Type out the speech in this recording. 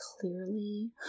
clearly